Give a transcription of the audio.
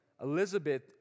Elizabeth